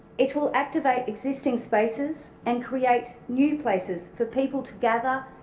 it will activate existing spaces and create new places for people to gather,